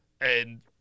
and-